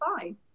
fine